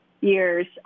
years